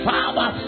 Father